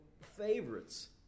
favorites